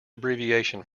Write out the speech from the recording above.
abbreviation